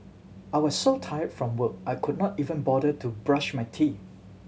I was so tired from work I could not even bother to brush my teeth